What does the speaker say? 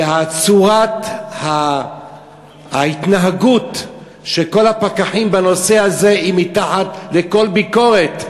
וצורת ההתנהגות של כל הפקחים בנושא הזה היא מתחת לכל ביקורת,